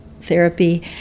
therapy